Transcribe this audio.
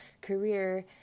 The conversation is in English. career